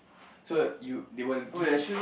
so you they would give